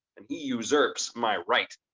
and he usurps my right.